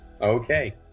Okay